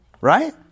right